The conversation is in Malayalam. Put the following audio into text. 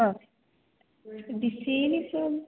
ആ ഡിസൈനിപ്പം